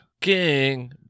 King